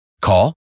Call